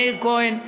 מאיר כהן,